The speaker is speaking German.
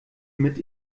mit